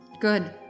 Good